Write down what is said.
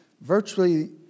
virtually